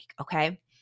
Okay